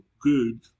good